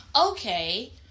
okay